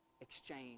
exchange